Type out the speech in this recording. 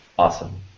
Awesome